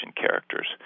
characters